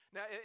Now